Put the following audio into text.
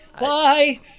Bye